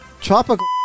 Tropical